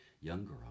younger